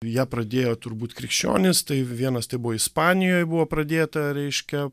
ją pradėjo turbūt krikščionys tai vienas tai buvo ispanijoj buvo pradėta reiškia